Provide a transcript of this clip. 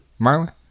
Marlon